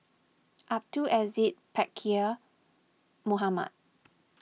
Abdul Aziz Pakkeer Mohamed